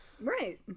Right